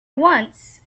once